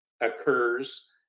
occurs